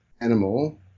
animal